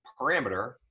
parameter